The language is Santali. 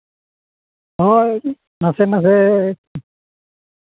ᱦᱳᱭ ᱢᱟᱥᱮ ᱢᱟᱥᱮ